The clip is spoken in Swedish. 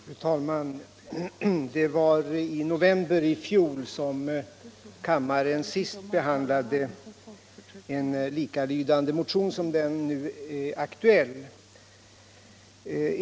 Fru talman! Det var i november i fjol som kammaren senast behandlade en likalydande motion som den nu aktuella.